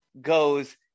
goes